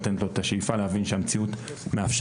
ולתת לו את השאיפה להבין שהמציאות מאפשרת.